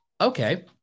Okay